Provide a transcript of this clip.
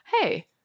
Hey